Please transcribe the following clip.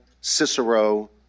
Cicero